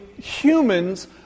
humans